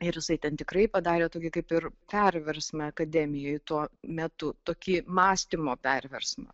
ir jisai ten tikrai padarė tokį kaip ir perversmą akademijoj tuo metu tokį mąstymo perversmą